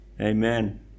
amen